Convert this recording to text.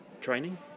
training